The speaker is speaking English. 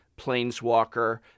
planeswalker